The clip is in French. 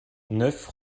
neuf